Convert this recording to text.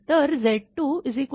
तर Z2 49